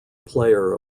player